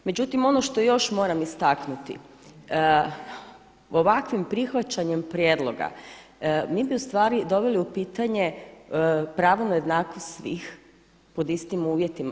Međutim, ono što još moram istaknuti, ovakvim prihvaćanjem prijedloga mi bi ustvari doveli u pitanje pravo na jednakost svih pod istim uvjetima.